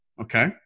Okay